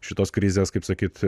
šitos krizės kaip sakyt